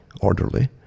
orderly